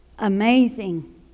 amazing